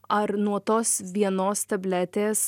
ar nuo tos vienos tabletės